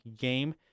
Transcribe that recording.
game